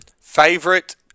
Favorite